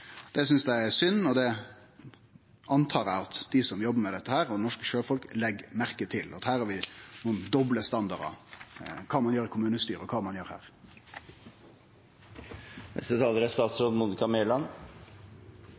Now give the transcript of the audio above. synest det er synd, og eg antar at dei som jobbar med dette, og norske sjøfolk, legg merke til at her har ein doble standardar – kva ein gjer i kommunestyret, og kva ein gjer her. Regjeringen fører en offensiv politikk for maritim næring. Det er